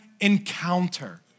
encounter